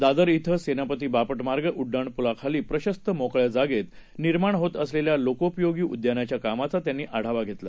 दादरश्वेसेनापतीबापटमार्गउड्डाणपुलाखालीप्रशस्तमोकळ्याजागेतनिर्माणहोतअसलेल्यालोकोपयोगीउद्यानाच्याकामाचात्यांनीआढावाघेत ला